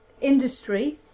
industry